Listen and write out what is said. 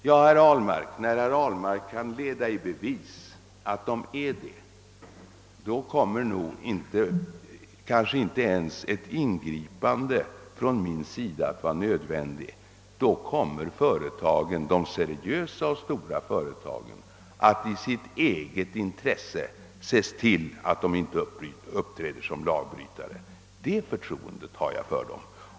Ja, när herr Ahlmark kan leda i bevis att det förhåller sig så kommer kanske inte ens ett ingripande från min sida att vara nödvändigt, ty då kommer de stora och seriösa företagen att i sitt eget intresse se till att de inte uppträder som lagbrytare. Det förtroendet har jag för dem.